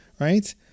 right